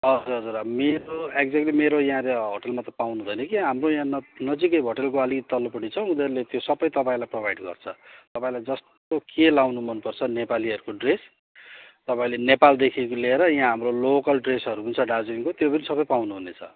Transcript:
हजुर हजुर मेरो एक्जेक्टली मेरो यहाँनिर होटलमा त पाउनु हुँदैन कि हाम्रो यहाँ नजिकै होटलको अलिक तल्लोपट्टि छ उनीहरूले त्यो सबै तपाईँलाई प्रोभाइड गर्छ तपाईँलाई जस्तो के लाउनु मनपर्छ नेपालीहरूको ड्रेस तपाईँले नेपालदेखिको लिएर यहाँ हाम्रो लोकल ड्रेसहरू पनि छ दार्जिलिङको त्यो पनि सबै पाउनुहुनेछ